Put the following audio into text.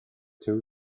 two